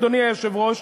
אדוני היושב-ראש,